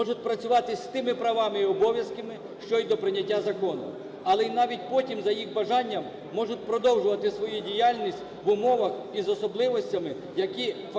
можуть працювати з тими правами і обов'язками, що й до прийняття закону. Але й навіть потім за їх бажанням можуть продовжувати свою діяльність в умовах і з особливостями, які фактично